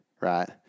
right